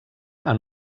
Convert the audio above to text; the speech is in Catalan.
han